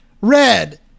red